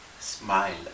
smile